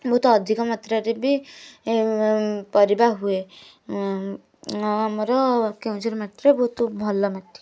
ବହୁତ ଅଧିକ ମାତ୍ରାରେ ବି ପରିବା ହୁଏ ଆଉ ଆମର କେନ୍ଦୁଝର ମାଟିରେ ବହୁତ ଭଲ ମାଟି